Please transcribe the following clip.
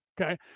Okay